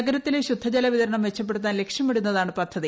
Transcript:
നഗരത്തിലെ ശുദ്ധ ജലവിതരണം മെച്ചപ്പെടുത്താൻ ലക്ഷ്യമിടുന്നതാണ് പദ്ധതി